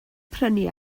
prynu